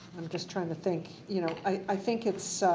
i'm just trying to think, you know. i think it's